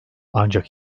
ancak